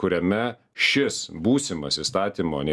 kuriame šis būsimas įstatymo ne